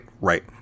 right